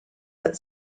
that